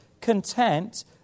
content